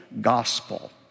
gospel